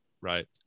right